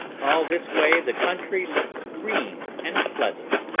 all this way the country looked green and pleasant,